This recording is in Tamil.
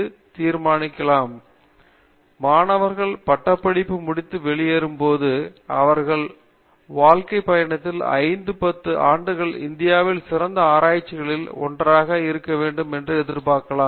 பேராசிரியர் ரவீந்திர கெட்டூ மாணவர்கள் பட்டப்படிப்பு முடிந்து வெளியேறும் போது அவர்கள் வாழ்கை பயணத்தில் 5 10 ஆண்டுகளில் இந்தியாவில் சிறந்த ஆராய்ச்சிகளில் ஒன்றாக இருக்க வேண்டும் என எதிர்பார்க்கலாம்